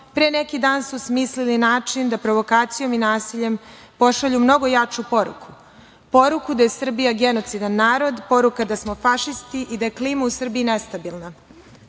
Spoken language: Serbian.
pre neki dan su smislili način da provokacijom i nasiljem pošalju mnogo jaču poruku. Poruku da je Srbija genocidan narod, poruku da smo fašisti i da je klima u Srbiji nestabilna. Ne